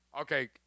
Okay